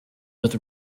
with